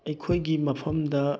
ꯑꯩꯈꯣꯏꯒꯤ ꯃꯐꯝꯗ